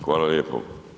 Hvala lijepo.